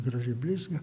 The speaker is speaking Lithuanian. gražiai blizga